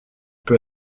peut